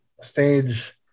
stage